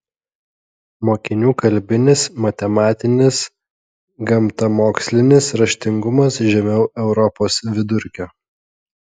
mokinių kalbinis matematinis gamtamokslinis raštingumas žemiau europos vidurkio